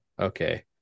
Okay